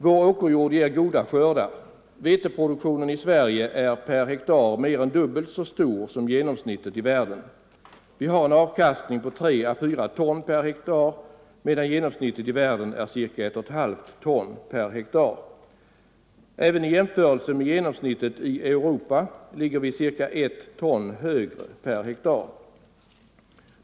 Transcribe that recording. Vår åkerjord ger goda skördar. Veteproduktionen i Sverige är per hektar mer än dubbelt så stor som genomsnittet i världen. Vi har en avkastning av 3 å 4 ton per hektar, medan genomsnittet i världen är ca 1,5 ton per hektar. Även i jämförelse med medeltalet i Europa ligger vi ca 1 ton högre per hektar.